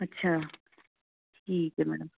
ਅੱਛਾ ਠੀਕ ਹੈ ਮੈਡਮ